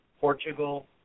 Portugal